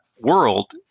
world